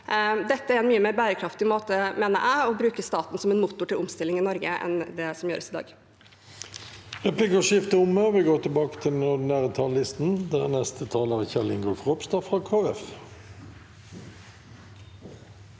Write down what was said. dette er en mye mer bærekraftig måte å bruke staten som en motor til omstilling i Norge på enn det som gjøres i dag.